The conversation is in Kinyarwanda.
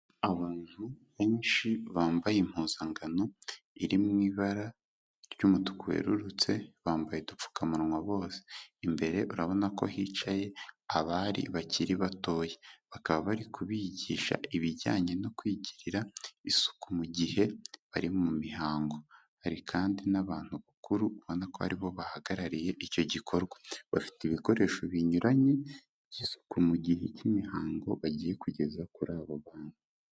Abantu benshi bambaye impuzangano iri mu ibara ry'umutuku werurutse, bambaye udupfukamunwa bose, imbere urabona ko hicaye abari bakiri batoya, bakaba bari kubigisha ibijyanye no kwigirira isuku mu gihe bari mu mihango, hari kandi n'abantu bakuru ubona ko ari bo bahagarariye icyo gikorwa, bafite ibikoresho binyuranye by'isuku mu gihe cy'imihango bagiye kugeza kuri aba bantu.